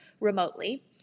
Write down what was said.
remotely